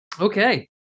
Okay